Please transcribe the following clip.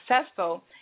successful